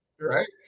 Right